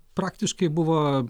praktiškai buvo